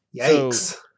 Yikes